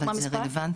אבל זה רלוונטי.